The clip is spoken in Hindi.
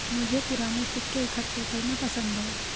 मुझे पूराने सिक्के इकट्ठे करना पसंद है